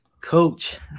Coach